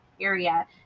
area